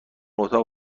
اتاق